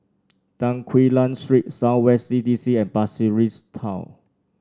Tan Quee Lan Street South West C D C and Pasir Ris Town